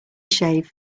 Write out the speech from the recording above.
shave